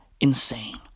insane